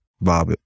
Bob